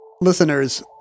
Listeners